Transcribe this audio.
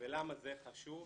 ולמה זה חשוב?